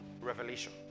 revelation